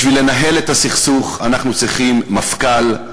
בשביל לנהל את הסכסוך אנחנו צריכים מפכ"ל,